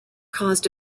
caused